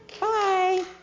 Bye